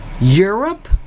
Europe